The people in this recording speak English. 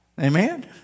Amen